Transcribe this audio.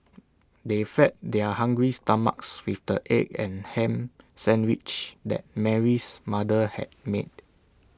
they fed their hungry stomachs with the egg and Ham Sandwiches that Mary's mother had made